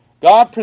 God